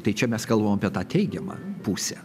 tai čia mes kalbam apie tą teigiamą pusę